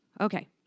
Okay